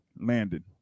landed